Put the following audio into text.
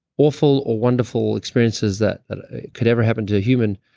awful, or wonderful experiences that could ever happen to a human,